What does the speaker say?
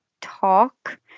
talk